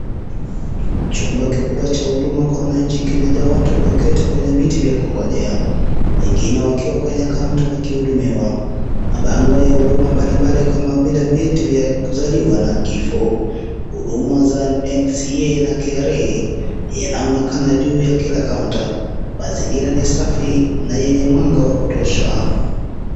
Chumba kikubwa acha huduma kwa wananchi kimejaa watu walioketi kwenye viti vya kungojea, wengine wakiwa kwenye kaunta wakihudumiwa. Mapango ya huduma mbalimbali kama vile vyeti vya kuzaliwa na kifo, huduma za NCA na KRA yanaonekana juu ya kila kaunta, mazingira ni safi na yenye mwanga wa kutosha.